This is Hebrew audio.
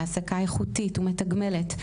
להעסקה איכותית ומתגמלת,